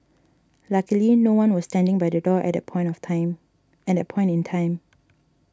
luckily no one was standing by the door at the point of time at point in time